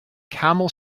camel